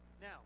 Now